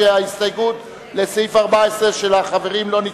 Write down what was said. ההסתייגות של קבוצת סיעת חד"ש לסעיף 13 לא נתקבלה.